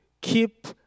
keep